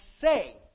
say